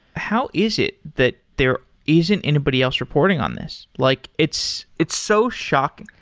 how is it that there isn't anybody else reporting on this? like it's it's so shocking.